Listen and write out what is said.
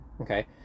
Okay